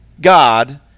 God